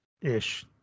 Ish